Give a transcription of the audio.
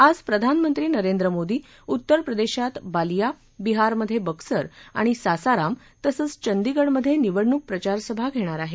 आज प्रधानमंत्री नरेंद्र मोदी उत्तर प्रदेशात बालिया बिहारमधे बक्सर आणि सासाराम तसंच चंदिगडमधे निवडणूक प्रचारसभा घेणार आहेत